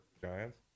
Giants